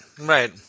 right